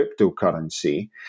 cryptocurrency